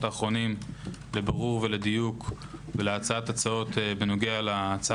האחרונים לבירור ולדיוק ולהצעת הצעות בנוגע להצעה